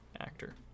actor